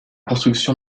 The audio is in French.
construction